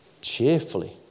cheerfully